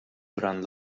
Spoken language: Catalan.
durant